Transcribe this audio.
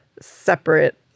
separate